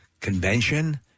Convention